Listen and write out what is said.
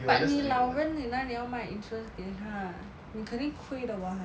but 你老人你哪里要卖 insurance 给他你肯定亏的 [what]